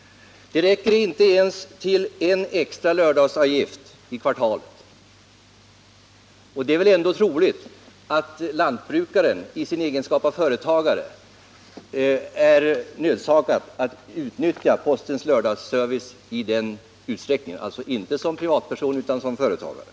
Det räcker inte ens till en extra lördagsavgift i kvartalet. Och det är väl ändå troligt att lantbrukaren i sin egenskap av företagare är nödsakad att utnyttja postens lördagsservice i den utsträckningen — alltså inte som privatperson utan som företagare.